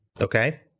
okay